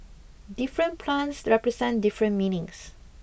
different plants represent different meanings